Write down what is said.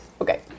Okay